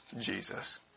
Jesus